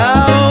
Now